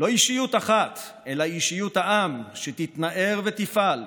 לא אישיות אחת, אלא אישיות העם שתתנער ותפעל,